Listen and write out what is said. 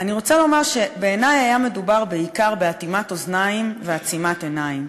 אני רוצה לומר שבעיני היה מדובר בעיקר באטימת אוזניים ועצימת עיניים,